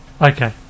Okay